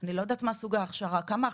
אני לא יודעת מה סוג ההכשרה וכמה הכשרות,